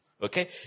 Okay